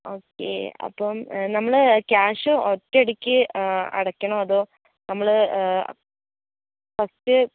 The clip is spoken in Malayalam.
ഓക്കെ അപ്പോൾ നമ്മൾ ക്യാഷ് ഒറ്റയടിക്ക് അടയ്ക്കണോ അതോ നമ്മൾ ഫസ്റ്റ്